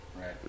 Right